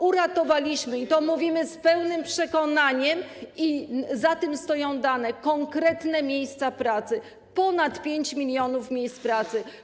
Uratowaliśmy, i to mówimy z pełnym przekonaniem i za tym stoją dane, konkretne miejsca pracy, ponad 5 mln miejsc pracy.